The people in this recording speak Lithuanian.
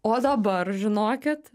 o dabar žinokit